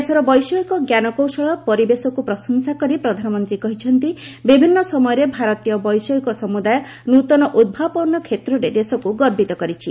ଦେଶର ବୈଷୟିକ ଜ୍ଞାନକୌଶଳ ପରିବେଶକୁ ପ୍ରଶଂସା କରି ପ୍ରଧାନମନ୍ତ୍ରୀ କହିଛନ୍ତି ବିଭିନ୍ନ ସମୟରେ ଭାରତୀୟ ବୈଷୟିକ ସମୁଦାୟ ନୂତନ ଉଦ୍ଭାବନ କ୍ଷେତ୍ରରେ ଦେଶକୁ ଗର୍ବିତ କରିଛି